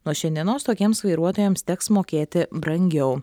nuo šiandienos tokiems vairuotojams teks mokėti brangiau